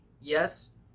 yes